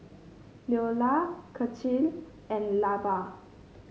Leola Cecil and Lavar